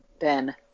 ben